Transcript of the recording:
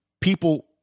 people